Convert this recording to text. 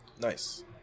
Nice